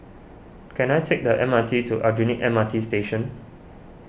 can I take the M R T to Aljunied M R T Station